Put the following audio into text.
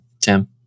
Tim